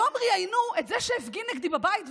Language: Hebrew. היום ראיינו את זה שהפגין נגדי בבית,